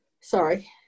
sorry